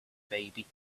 baby